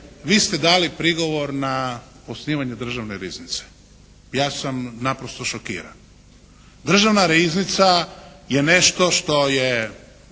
Vi ste dali prigovor na osnivanje Državne riznice. Ja sam naprosto šokiran. Državna riznica je nešto što je